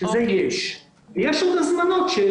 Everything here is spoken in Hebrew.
יש עוד הזמנות,